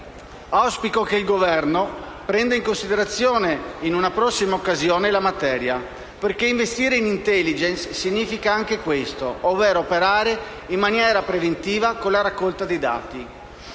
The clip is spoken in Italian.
Auspico che il Governo prenda in considerazione in una prossima occasione la materia, poiché investire in *intelligence* significa anche questo, ovvero operare in maniera preventiva con la raccolta dei dati.